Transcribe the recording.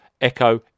Echo